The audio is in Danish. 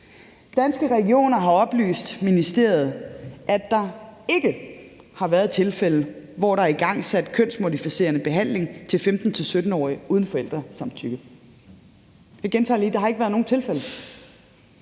Danske Regioner har oplyst ministeriet, at der ikke har været nogen tilfælde, hvor der er igangsat kønsmodificerende behandling til 15-17-årige uden forældresamtykke – jeg gentager lige, at der ikke har været nogen tilfælde